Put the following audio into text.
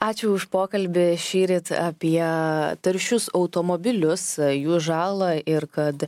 ačiū už pokalbį šįryt apie taršius automobilius jų žalą ir kad